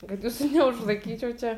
kad jūsų neužlaikyčiau čia